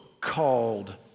called